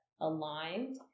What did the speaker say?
aligned